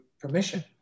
permission